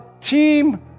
team